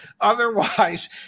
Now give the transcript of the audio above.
otherwise